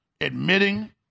admitting